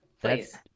please